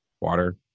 water